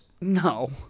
No